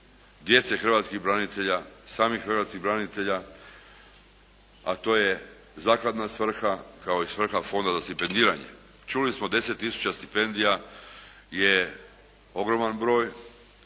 djece hrvatskih branitelja, samih hrvatskih branitelja, a to je zakladna svrha kao i svrha fonda za stipendiranje. Čuli smo, 10 tisuća stipendija je ogroman broj.